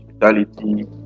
hospitality